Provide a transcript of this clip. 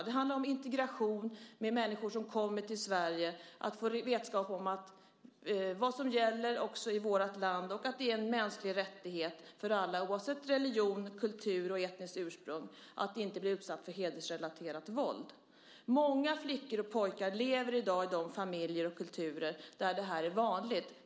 Det handlar om integration av de människor som kommer till Sverige, att de får vetskap om vad som gäller i vårt land, att det är en mänsklig rättighet för alla - oavsett religion, kultur och etniskt ursprung - att inte behöva bli utsatt för hedersrelaterat våld. Många flickor och pojkar lever i dag i familjer och kulturer där detta är vanligt.